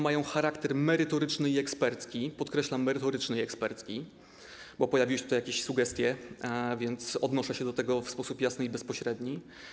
Mają charakter merytoryczny i ekspercki, podkreślam: merytoryczny i ekspercki, bo pojawiły się odnośnie do tego jakieś sugestie, więc odnoszę się do tego w sposób jasny i bezpośredni.